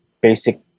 basic